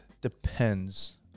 depends